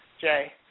Jay